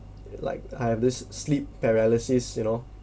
like I have this sleep paralysis you know